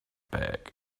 back